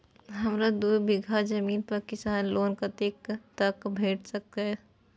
हमरा दूय बीगहा जमीन पर किसान लोन कतेक तक भेट सकतै?